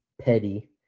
petty